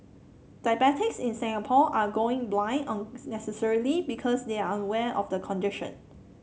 diabetics in Singapore are going blind unnecessarily because they are unaware of the condition